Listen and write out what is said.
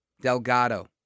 Delgado